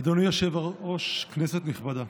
אדוני היושב-ראש, כנסת נכבדה,